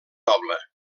noble